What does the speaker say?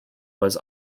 was